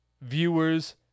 viewers